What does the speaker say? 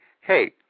hey